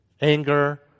Anger